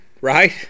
right